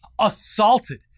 assaulted